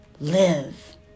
live